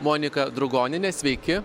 monika drugonienė sveiki